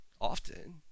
often